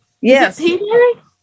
Yes